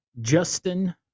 Justin